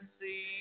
see